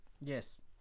yes